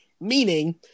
Meaning